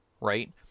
Right